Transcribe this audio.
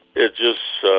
it just, so